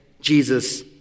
Jesus